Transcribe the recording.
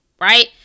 right